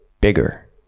bigger